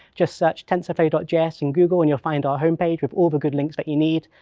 just search tensorflow js in google and you'll find our home page with all the good links that you need,